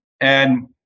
And-